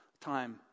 time